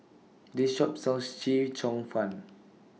This Shop sells Chee Cheong Fun